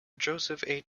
joseph